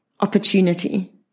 opportunity